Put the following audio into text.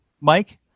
Mike